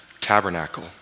tabernacle